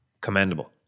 commendable